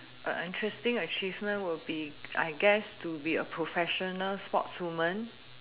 an interesting achievement will be I guess to be a professional sportswoman